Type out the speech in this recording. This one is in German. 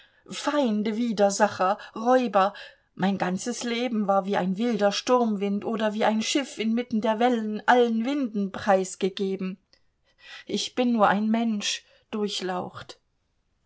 feinde widersacher räuber mein ganzes leben war wie ein wilder sturmwind oder wie ein schiff inmitten der wellen allen winden preisgegeben ich bin nur ein mensch durchlaucht